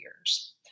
years